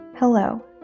Hello